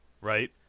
right